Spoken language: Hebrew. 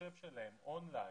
מהמחשב שלהם און ליין.